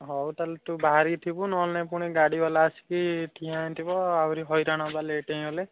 ହଉ ତାହାଲେ ତୁ ବାହରିକି ଥିବୁ ନହେଲେ ନାଇଁ ପୁଣି ଗାଡ଼ିବାଲା ଆସିକି ଠିଆଁ ହେଇଥିବ ଆହୁରି ହଇରାଣ ହେବା ଲେଟ୍ ହେଇଗଲେ